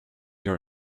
your